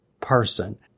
person